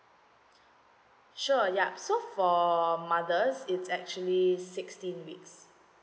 sure yup so for mothers it's actually sixteen weeks